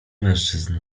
mężczyzn